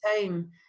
time